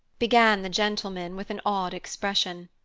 began the gentleman, with an odd expression.